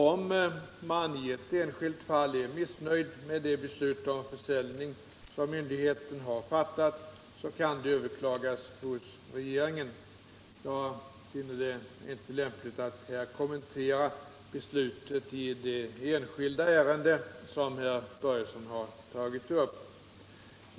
Om man i ett enskilt fall är missnöjd med det beslut om försäljning som myndigheten har fattat, kan detta överklagas hos regeringen. Jag finner det inte lämpligt att här kommentera beslutet i det enskilda ärende som herr Börjesson har tagit upp.